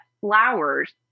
flowers